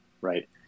right